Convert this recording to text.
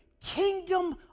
kingdom